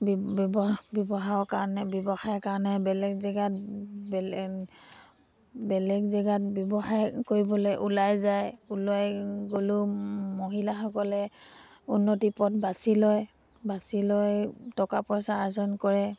ব্যৱহায়ৰ কাৰণে ব্যৱসায় কাৰণে বেলেগ জেগাত বেলেগ জেগাত ব্যৱসায় কৰিবলৈ ওলাই যায় ওলাই গ'লেও মহিলাসকলে উন্নতি পথ বাচি লয় বাচি লৈ টকা পইচা আৰ্জন কৰে